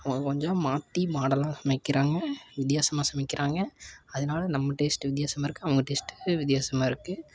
அவங்க கொஞ்சம் மாற்றி மாடலாக சமைக்கிறாங்க வித்தியாசமாக சமைக்கிறாங்க அதனால நம்ம டேஸ்ட் வித்தியாசமாக இருக்குது அவங்க டேஸ்ட் வித்தியாசமாக இருக்குது